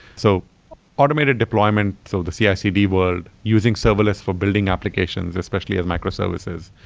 so automated deployment, so the cicd world using serverless for building applications, especially as microservices.